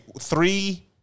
three